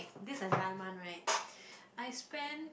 this entire month right I spend